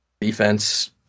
defense